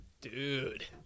Dude